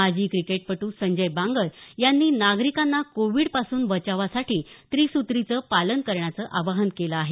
माजी क्रिकेटपटू संजय बांगर यांनी नागरिकांना कोविडपासून बचावासाठी त्रिसुत्रींचं पालन करण्याचं आवाहन केलं आहे